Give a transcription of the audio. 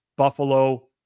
Buffalo